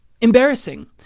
embarrassing